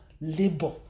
labor